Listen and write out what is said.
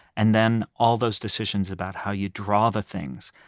and then, all those decisions about how you draw the things,